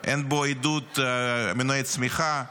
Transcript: אין בו עדות למנועי צמיחה,